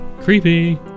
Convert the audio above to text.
Creepy